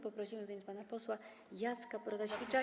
Poprosimy więc pana posła Jacka Protasiewicza.